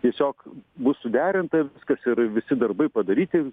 tiesiog bus suderinta viskas ir visi darbai padaryti